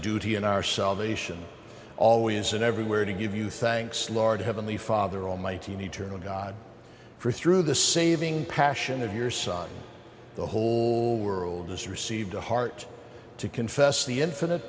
duty in our salvation always and everywhere to give you thanks lord heavenly father almighty an eternal god for through the saving passion of your son the whole world has received a heart to confess the in